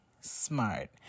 smart